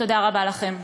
תודה רבה לכם.